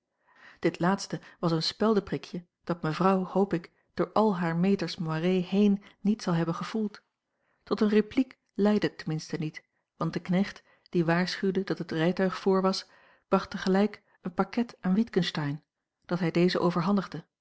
dit laatste was een speldeprikje dat mevrouw hoop ik door al hare meters moirée heen niet zal hebben gevoeld tot een repliek leidde het ten minste niet want de knecht die waarschuwde dat het rijtuig voor was bracht tegelijk een pakket aan witgensteyn dat hij dezen overhandigde